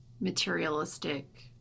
materialistic